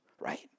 right